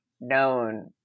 known